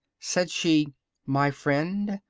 said she my friend,